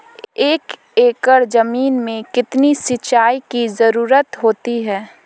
एक एकड़ ज़मीन में कितनी सिंचाई की ज़रुरत होती है?